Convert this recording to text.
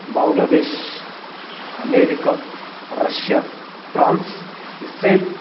Bangladesh America Russia France Israel